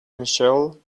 michelle